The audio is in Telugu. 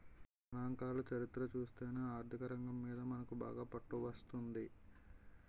గణాంకాల చరిత్ర చూస్తేనే ఆర్థికరంగం మీద మనకు బాగా పట్టు వస్తుంది